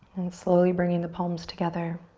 slowly bringing the palms together.